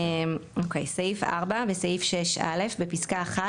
סעיף 4. בסעיף 6(א) בפסקה (1),